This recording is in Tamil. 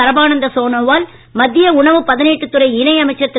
சரபானந்த சோனோவால் மத்திய உணவுப் பதனீட்டுத் துறை இணை அமைச்சர் திரு